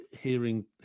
hearing